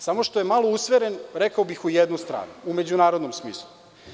Samo što je malo usmeren, rekao bih, u jednu stranu, u međunarodnom smislu.